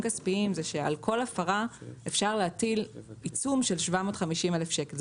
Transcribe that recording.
כספיים זה שעל כל הפרה אפשר להטיל עיצום של 750,000 שקל,